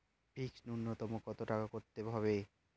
Fixed নুন্যতম কত টাকা করতে হবে?